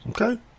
Okay